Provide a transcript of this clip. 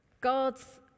God's